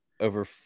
over